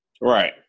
Right